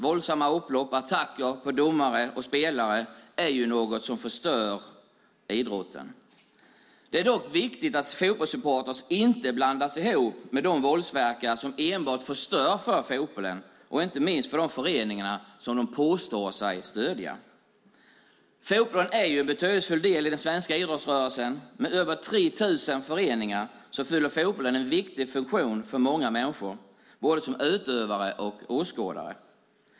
Våldsamma upplopp, attacker på domare och spelare är något som förstör idrotten. Det är dock viktigt att fotbollssupportrar inte blandas ihop med de våldsverkare som enbart förstör för fotbollen och inte minst för de föreningar som de påstår sig stödja. Fotbollen är en betydelsefull del i den svenska idrottsrörelsen. Med över 3 000 föreningar fyller fotbollen en viktig funktion för många människor, både som utövare och som åskådare.